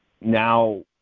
now